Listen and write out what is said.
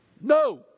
no